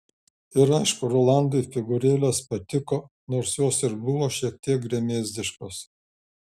ir aišku rolandui figūrėlės patiko nors jos ir buvo šiek tiek gremėzdiškos